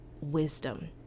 wisdom